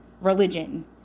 religion